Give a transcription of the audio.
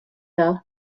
though